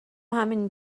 همین